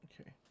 okay